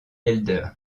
helder